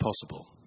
possible